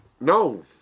No